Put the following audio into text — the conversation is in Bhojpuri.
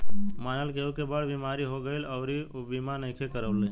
मानल केहु के बड़ बीमारी हो गईल अउरी ऊ बीमा नइखे करवले